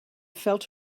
felt